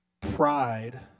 Pride